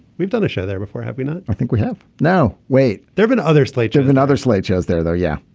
we've done a show there before have we not. i think we have. now wait there've been other later than others lately as they're there yeah.